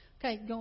Okay